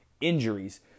injuries